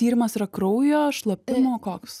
tyrimas yra kraujo šlapimo koks